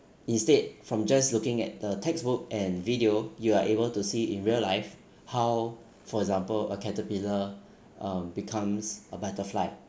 instead from just looking at the textbook and video you are able to see in real life how for example a caterpillar um becomes a butterfly